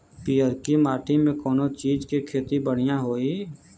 पियरकी माटी मे कउना चीज़ के खेती बढ़ियां होई?